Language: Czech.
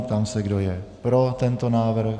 Ptám se, kdo je pro tento návrh.